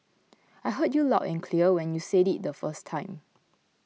I heard you loud and clear when you said it the first time